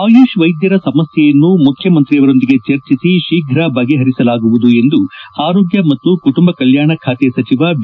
ಆಯುಷ್ ವೈದ್ಯರ ಸಮಸ್ಥೆಯನ್ನು ಮುಖ್ಯಮಂತ್ರಿಯೊಂದಿಗೆ ಚರ್ಚಿಸಿ ಶೀಪ್ತ ಬಗೆಹರಿಸಲಾಗುವುದು ಎಂದು ಆರೋಗ್ಯ ಮತ್ತು ಕುಟುಂಬ ಕಲ್ನಾಣ ಖಾತೆ ಸಚಿವ ಬಿ